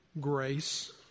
Grace